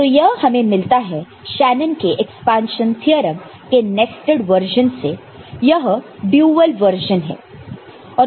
तो यह हमें मिलता है शेनन के एक्सपांशन थ्योरम के नस्टर्ड वर्जन से यह डुअल वर्जन से